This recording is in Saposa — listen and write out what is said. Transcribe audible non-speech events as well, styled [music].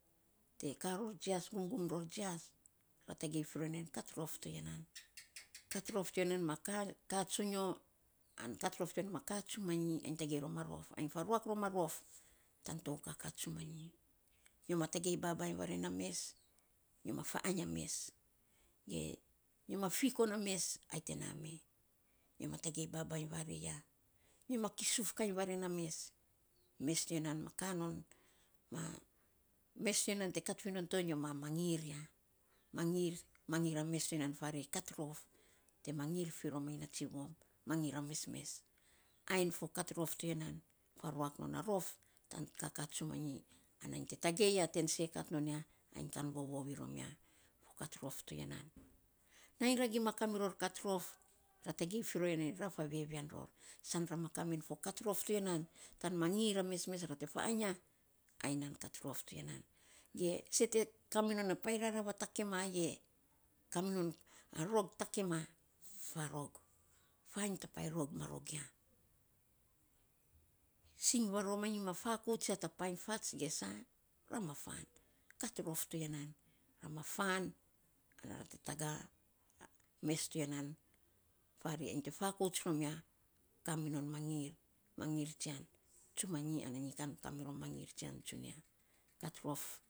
Te ka ror jias, gumgum ror jias ra tagei firor nei, kat rof to ya nan [noise] kat rof to ya nan ma ka ka tsonyo an kat rof to ya nan ma ka tsonyo an kat rof to ya nan ma ka tsuma nyi ainy tagei rom a rof, ainy faruak rom a rof tan tou kaka tsumanyi nyo ma tagei babainy vaare na mes, nyo ma fa ainy ya mes ge nyo ma fiko na mes ai te no me nyo ma tagei babainy vaare ya, nyo ma kisuf kainy vare na mes, mes tiya non ka non [hesitation] mes ti ya nan kat fi non to, nyo ma mangir ya. Mangi mangir a mes to ya nan, farei kat rof te mangir fi rom manyi na tsivom. mangir a mesmes. Ai fo kat rof to ya nan, faruak non a rof tan kaka tsumanyi ana nyi te tagei ya ten sei kat non ya ainy kkan vovou ainy rom ya, fo kat rof to ya nan nainy ra gima ror kat rof [noise] ra tagei firor ya nei, ra fa vevean ror san ra ma ka men fo kat rof to ya nan tan mangir a mesmes, ra te fa ainy ya, ai nan kat rof to ya nan, ge sei te kami non a painy rarav a takema ye ka minon rog takema, fa rog fainy ta painy rog ma rog ya. Sing na rom manyi ma fakouts ya ta painy fats ge sa, ra ma faan. Kat rof toya nan ra ma faan ana ra te taga mes toya nan, farei ainy te fakouts rom ya, ka minon mangir, mangir tsian tsumanyi ana nyi kan ka mirom mangir tsian tsii nya [noise] kat rof.